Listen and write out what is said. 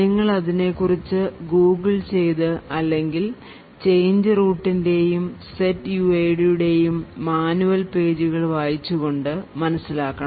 നിങ്ങൾ അതിനെ കുറിച്ച് ഗൂഗിൾ ചെയ്തു അല്ലെങ്കിൽ change rootന്റെയും setuidന്റെയും manual പേജുകൾ വായിച്ചുകൊണ്ട് നിങ്ങൾ മനസ്സിലാക്കണം